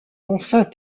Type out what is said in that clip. enfin